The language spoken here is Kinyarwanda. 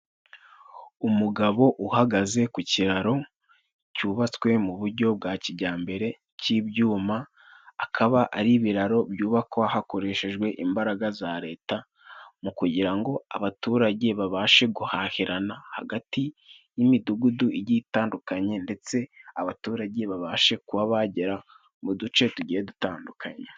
Umugabo uhagaze ku kiraro cyubatswe mu bujyo bwa kijyambere cy'ibyuma, akaba ari ibiraro byubakwa hakoreshejwe imbaraga za leta mu kugira ngo abaturage babashe guhahirana hagati y'imidugudu igiye itandukanye, ndetse abaturage babashe kuba bagera mu duce tugiye dutandukanye.